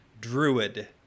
druid